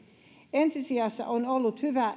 ensi sijassa on ollut hyvä